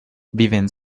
viven